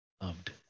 Loved